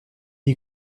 est